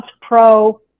Pro